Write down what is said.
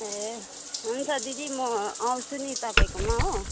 ए हुन्छ दिदी म आउँछु नि तपाईँकोमा हो